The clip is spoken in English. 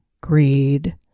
greed